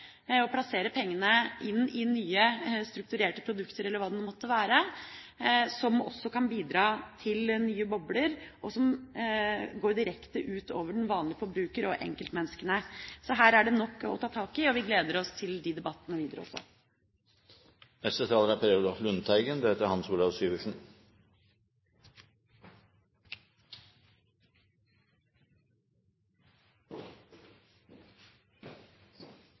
skal plassere pengene sine, og bruker innovative grep og plasserer pengene inn i nye strukturerte produkter eller hva det måtte være, som også kan bidra til nye bobler, og som går direkte ut over den vanlige forbruker og enkeltmenneskene. Så her er det nok å ta tak i, og vi gleder oss til debattene videre. Jeg vil også takke for representantenes forslag. Den internasjonale krisa, finanskrisa, er